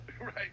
Right